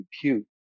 compute